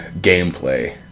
gameplay